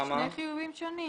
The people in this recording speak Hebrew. אלה שני חיובים שונים.